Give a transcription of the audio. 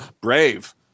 brave